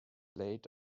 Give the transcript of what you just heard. late